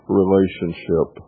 relationship